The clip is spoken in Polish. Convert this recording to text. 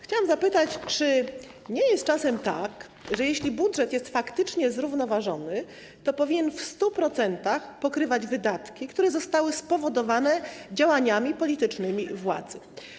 Chciałabym zapytać, czy nie jest czasem tak, że jeśli budżet jest faktycznie zrównoważony, to powinien w 100% pokrywać wydatki, które zostały spowodowane działaniami politycznymi władzy?